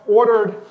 ordered